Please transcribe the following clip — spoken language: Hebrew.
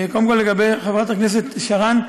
קודם כול לגבי חברת הכנסת שרָן,